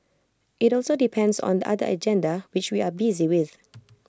IT also depends on other agenda which we are busy with